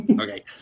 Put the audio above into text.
Okay